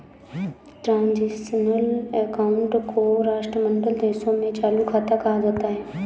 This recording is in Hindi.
ट्रांजिशनल अकाउंट को राष्ट्रमंडल देशों में चालू खाता कहा जाता है